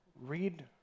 Read